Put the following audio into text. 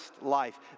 life